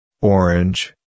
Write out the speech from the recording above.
orange